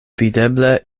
videble